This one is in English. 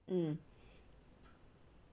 mm